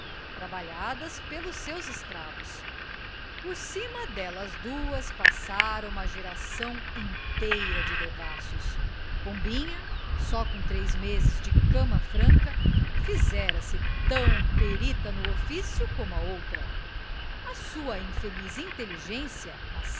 trabalhadas pelos seus escravos por cima delas duas passara uma geração inteira de devassos pombinha só com três meses de cama franca fizera-se tão perita no ofício como a outra a sua infeliz inteligência nascida